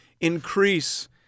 increase